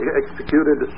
executed